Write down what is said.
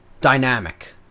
dynamic